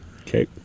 Okay